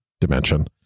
dimension